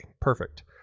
perfect